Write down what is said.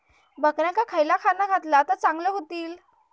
बकऱ्यांका खयला खाणा घातला तर चांगल्यो व्हतील?